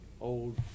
old